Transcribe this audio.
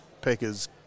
Peckers